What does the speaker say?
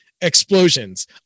explosions